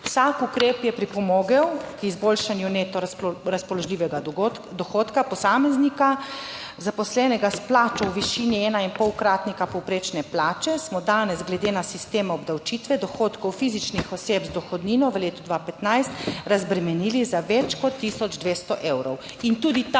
Vsak ukrep je pripomogel k izboljšanju neto razpoložljivega dohodka posameznika zaposlenega s plačo v višini ena in pol kratnika povprečne plače smo danes glede na sistem obdavčitve dohodkov fizičnih oseb z dohodnino v letu 2015 razbremenili za več kot 1200 evrov.